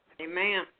Amen